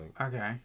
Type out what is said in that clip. Okay